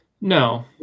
No